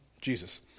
Jesus